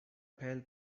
fell